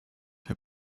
herr